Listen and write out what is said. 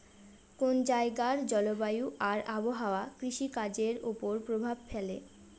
কোন জায়গার জলবায়ু আর আবহাওয়া কৃষিকাজের উপর প্রভাব ফেলে